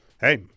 hey